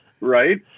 right